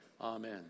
Amen